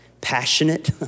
passionate